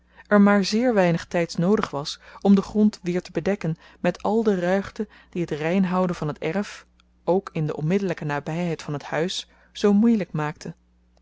maar zeer weinig tyds noodig was om den grond weer te bedekken met al de ruigte die t reinhouden van het erf ook in de onmiddellyke nabyheid van t huis zoo moeielyk maakte